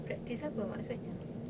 practise apa maksudnya